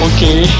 Okay